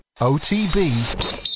OTB